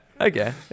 okay